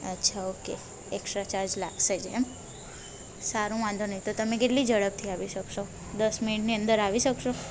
અચ્છા okay extra charge લાગશે જ એમ સારું વાંધો નહીં તો તમે કેટલી ઝડપથી આવી શકશો દસ મિનિટની અંદર આવી શકશો